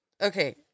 Okay